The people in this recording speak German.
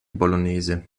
bolognese